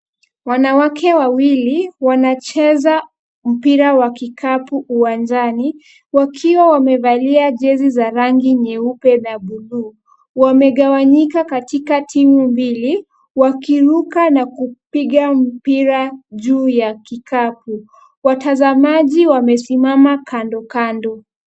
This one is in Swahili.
Wanawake wawili wanacheza mpira wa kikapu uwanjani, wakiwa wamevalia jezi za rangi nyeupe na blue . Wamegawanyika katika timu mbili, wakiruka na kupiga mpira juu ya kikapu. Watazamaji wamesimama kando kando.